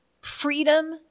Freedom